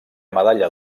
medalla